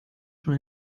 schon